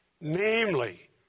Namely